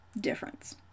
difference